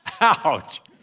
Ouch